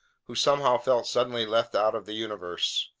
who somehow felt suddenly left out of the universe.